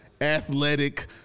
Athletic